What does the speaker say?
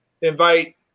invite